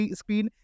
screen